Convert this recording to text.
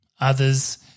others